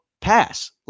pass